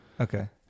Okay